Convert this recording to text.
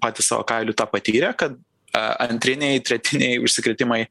patys savo kailiu patyrė kad a antriniai tretiniai užsikrėtimai